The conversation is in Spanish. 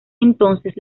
entonces